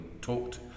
talked